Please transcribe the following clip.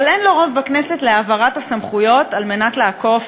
אבל אין לו רוב בכנסת להעברת הסמכויות על מנת לעקוף